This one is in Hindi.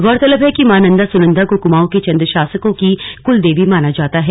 गौरतलब है कि मां नंदा सुनंदा को कुमांऊ के चन्द शासकों की कुल देवी माना जाता है